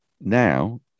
Now